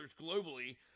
globally